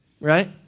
Right